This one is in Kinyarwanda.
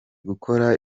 gukora